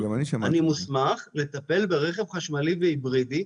אני מוסמך לטפל ברכב חשמלי והיברידי.